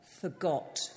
forgot